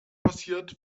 passiert